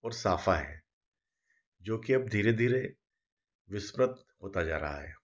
और साफा है जो कि अब धीरे धीरे विस्प्रद होता जा रहा है